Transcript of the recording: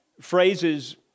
Phrases